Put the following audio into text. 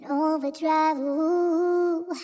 overdrive